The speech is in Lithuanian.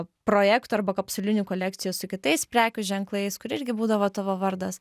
projektų arba kapsulinių kolekcijų su kitais prekių ženklais kur irgi būdavo tavo vardas